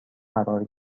قرار